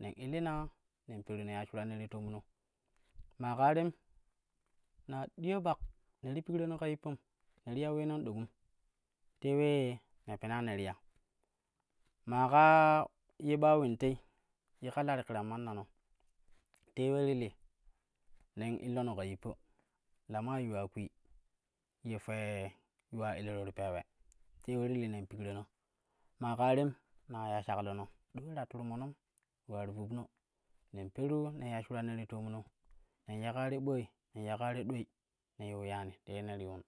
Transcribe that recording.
nen illima nen peru nen ya shuran ye ti toomno maa ƙaa tem na diya ɓak, ne ti pikrano ka yippam ne ta ya ulenanɗokum te ulee ne pena ne ti ya. Maa ƙa ye ɓa ulende ye ka la ti kiran mannano te ule ti li nen illoni ka yippa la maa yuwa kwii, yee fee yuwa elɛro ti peewe te ule ti li nen pikrano maa ƙaa tem ne ta ya shaklono ɗo ulee ta turmonon ule ular vubna nen poru nen ya shuran ye ti toomno nen ya ƙaa te ɓooi nen ya ƙaa te dwei nen yiu yaani te ye ne ti yuun.